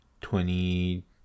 twenty